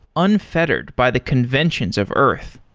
unfettered by the conventions of earth.